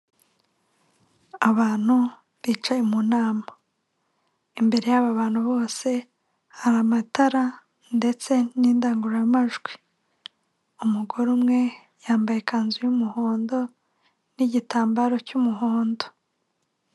Abantu bicaye mu nama imbere y'aba bantu bose hari amatara ndetse n'indangururamajwi, umugore umwe yambaye ikanzu y'umuhondo n'igitambaro cy'umuhondo.